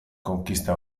konkista